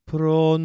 Pro